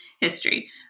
history